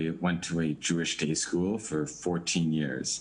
למדתי בבית ספר יהודי במשך 14 שנים.